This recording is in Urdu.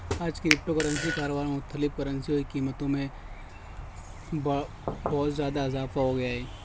آج کرپٹو کرنسی کاروبار مختلف کرنسیوں کی قیمتوں میں بہ بہت زیادہ اضافہ ہو گیا ہے